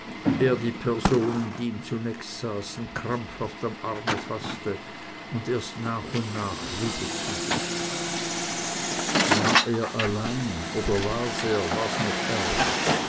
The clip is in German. er die personen die ihm zunächst saßen krampfhaft am arm faßte und erst nach und nach wieder zu sich kam war er allein oder las er war's noch ärger